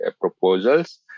proposals